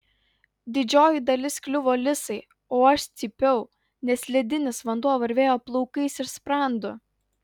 didžioji dalis kliuvo lisai o aš cypiau nes ledinis vanduo varvėjo plaukais ir sprandu